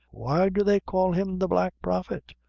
why do they call him the black prophet?